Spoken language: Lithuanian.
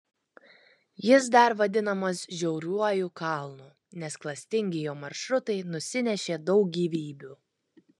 jis dar vadinamas žiauriuoju kalnu nes klastingi jo maršrutai nusinešė daug gyvybių